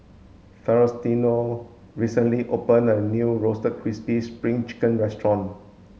Faustino recently opened a new roasted crispy spring chicken restaurant